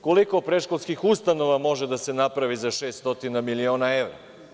Koliko predškolskih ustanova može da se napravi za 600 miliona evra?